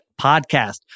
podcast